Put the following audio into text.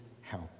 help